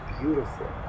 beautiful